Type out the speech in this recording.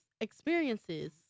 experiences